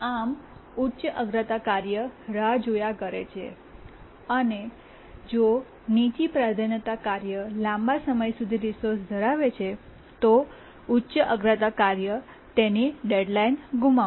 આમ ઉચ્ચ અગ્રતા કાર્ય રાહ જોયા કરે છે અને જો નીચા પ્રાધાન્યતા કાર્ય લાંબા સમય સુધી રિસોર્સ ધરાવે છે તો ઉચ્ચ અગ્રતા કાર્ય તેની ડેડલાઇન ગુમાવશે